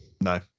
No